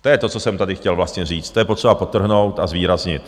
To je to, co jsem tady chtěl vlastně říct, to je potřeba podtrhnout a zvýraznit.